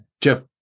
Jeff